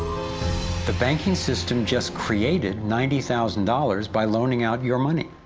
the banking system just created ninety thousand dollars by loaning out your money.